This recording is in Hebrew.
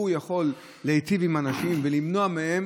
והוא יכול להיטיב עם אנשים ולמנוע מהם